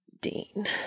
Dean